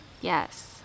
yes